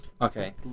Okay